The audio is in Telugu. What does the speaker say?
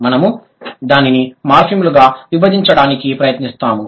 మనము దానిని మార్ఫిమ్లుగా విభజించడానికి ప్రయత్నిస్తాము